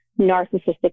narcissistic